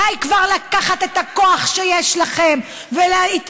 די כבר לקחת את הכוח שיש לכם, נא לסיים.